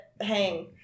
hang